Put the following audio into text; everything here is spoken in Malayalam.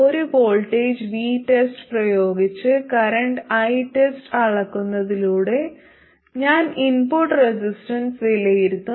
ഒരു വോൾട്ടേജ് VTEST പ്രയോഗിച്ച് കറന്റ് ITEST അളക്കുന്നതിലൂടെ ഞാൻ ഇൻപുട്ട് റെസിസ്റ്റൻസ് വിലയിരുത്തും